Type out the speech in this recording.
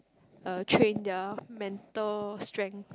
uh train their mental strength